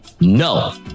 no